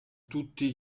tutti